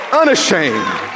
unashamed